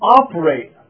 operate